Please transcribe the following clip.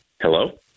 Hello